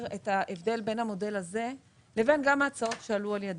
את ההבדל בין המודל הזה לבין ההצעות שעלו על ידם.